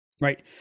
Right